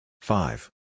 Five